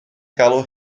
galw